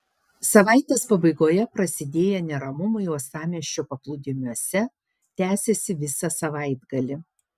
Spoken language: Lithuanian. savaitės pabaigoje prasidėję neramumai uostamiesčio paplūdimiuose tęsėsi visą savaitgalį